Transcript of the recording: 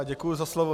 Děkuji za slovo.